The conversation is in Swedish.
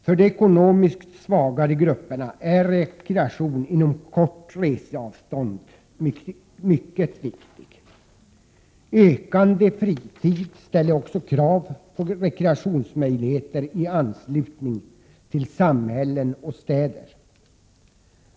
För de ekonomiskt svagare grupperna är rekreation inom kort reseavstånd mycket viktig. Ökande fritid ställer också krav på rekreationsmöjligheter i anslutning till samhällen och städer.